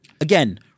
Again